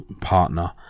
partner